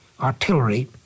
artillery